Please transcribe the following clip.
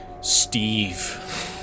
Steve